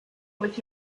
with